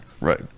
Right